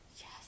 Yes